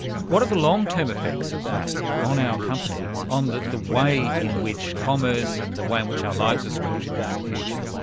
what are the long-term effects of that on our companies, on the the way in which commerse and the way in which our lives are structured into the future?